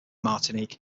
martinique